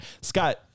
Scott